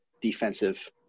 defensive